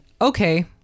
Okay